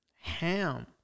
Ham